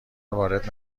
وارد